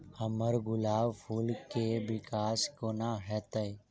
हम्मर गुलाब फूल केँ विकास कोना हेतै?